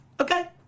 Okay